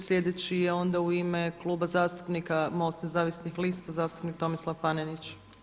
Sljedeći je onda u ime Kluba zastupnika Mosta nezavisnih lista zastupnik Tomislav Panenić.